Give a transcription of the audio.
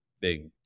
big